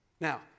Now